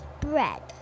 bread